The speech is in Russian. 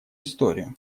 историю